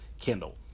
Kindle